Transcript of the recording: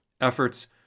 Efforts